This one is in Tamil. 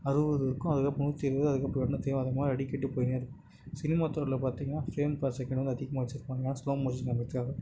அறுபது இருக்கும் அதுக்கப்பறம் நூற்றி இருபது அதுக்கப்பறம் எட்நூத்தி ஆறும்மா அடிக்கிட்டு போயினே இருக் சினிமாத்துறையில் பார்த்தீங்கன்னா ஃப்ரேம் பர் செகண்டு வந்து அதிகமாக வச்சிருப்பாங்க ஏன்னா ஸ்லோ மோஷன் அதுக்காக